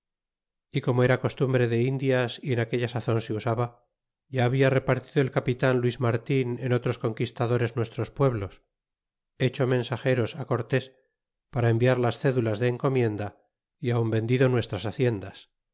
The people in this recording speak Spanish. y como era costumbre de indias y en aquella sazon se usaba ya habla repartido el capitan luis marin en otros conquistadores nuestros pueblos hecho mensageros cortés para enviar las cédulas de encomienda y aun vendido nuestras haciendas